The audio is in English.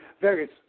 various